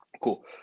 Cool